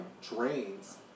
drains